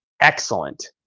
Excellent